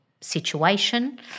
situation